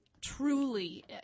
truly